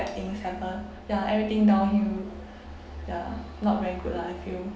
things happen ya everything downhill ya not very good lah I feel